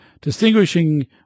distinguishing